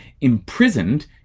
imprisoned